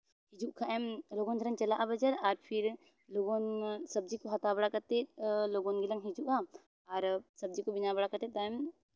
ᱦᱤᱡᱩᱜ ᱠᱷᱟᱡᱽᱼᱮᱢ ᱞᱚᱜᱚᱱ ᱫᱷᱟᱨᱟᱧ ᱪᱟᱞᱟᱜᱼᱟ ᱵᱟᱡᱟᱨ ᱟᱨ ᱯᱷᱤᱨ ᱞᱚᱜᱚᱱ ᱥᱚᱵᱽᱡᱤ ᱠᱚ ᱦᱟᱛᱣ ᱵᱟᱲᱟ ᱠᱟᱛᱮᱫ ᱞᱚᱜᱚᱱ ᱜᱮᱞᱟᱝ ᱦᱤᱡᱩᱜᱼᱟ ᱟᱨ ᱥᱚᱵᱽᱡᱤ ᱠᱚ ᱵᱮᱱᱟᱣ ᱵᱟᱲᱟ ᱠᱟᱛᱮᱫ ᱛᱟᱭᱚᱢ